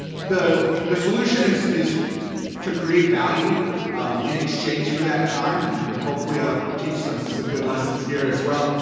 the the solution is is to create value in exchange for that time, and and hopefully i'll teach some some good lessons here as well.